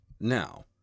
Now